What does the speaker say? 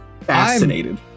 fascinated